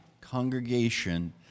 congregation